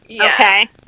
Okay